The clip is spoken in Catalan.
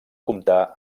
comptar